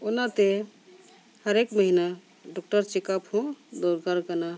ᱚᱱᱟᱛᱮ ᱦᱟᱨᱮᱠ ᱢᱟᱹᱦᱤᱱᱟᱹ ᱰᱚᱠᱴᱚᱨ ᱪᱮᱠᱟᱯ ᱦᱚᱸ ᱫᱚᱨᱠᱟᱨ ᱠᱟᱱᱟ